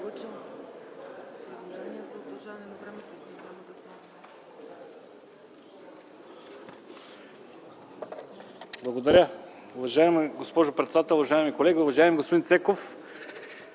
Благодаря. Уважаема госпожо председател, уважаеми колеги, уважаеми господин Цеков!